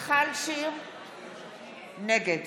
נגד